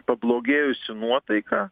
pablogėjusi nuotaika